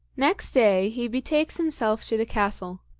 next day he betakes himself to the castle.